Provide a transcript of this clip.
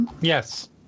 Yes